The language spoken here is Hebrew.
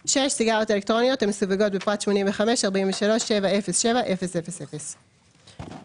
(6) סיגריות אלקטרוניות המסווגות בפרט 85.43.707000". (3)